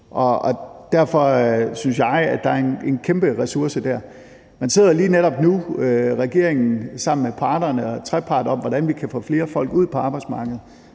Derfor synes jeg, at der er en kæmpe ressource der. Regeringen sidder netop nu sammen med parterne i trepartsforhandlinger om, hvordan vi kan få flere folk ud på arbejdsmarkedet,